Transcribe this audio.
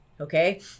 Okay